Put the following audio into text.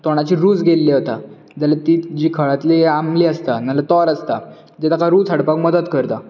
रूच गेल्ली आसता ना जाल्यार ती जी खळांतली आंबली आसता ना जाल्यार तोर आसता तें ताका रूच हाडपाचें मदत करता